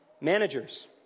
Managers